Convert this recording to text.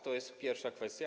To jest pierwsza kwestia.